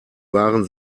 waren